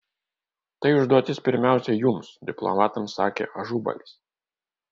tai užduotis pirmiausia jums diplomatams sakė ažubalis